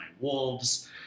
Wolves